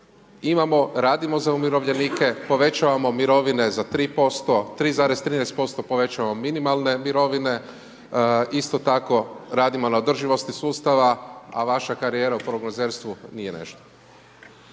imamo, radimo za umirovljenike, povećavamo mirovine za 3%, 3,13% povećavamo minimalne mirovine, isto tako radimo na održivosti sustava a vaša karijera o prognozerstvu nije nešto.